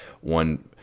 one